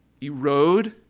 erode